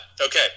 okay